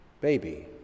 Baby